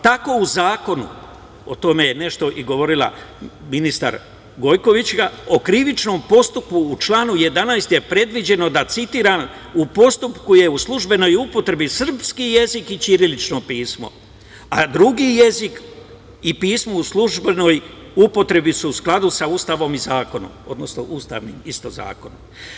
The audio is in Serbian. Tako u Zakonu, o tome je nešto govorila i ministar Gojkovićka, o Krivičnom postupku, u članu 11. je predviđeno, citiram – u postupku je u služenoj upotrebi srpski jezik i ćirilično pismo, a drugi jezik i pismo u službenoj upotrebi su u skladu sa Ustavom i zakonom, odnosno ustavnim isto zakonom.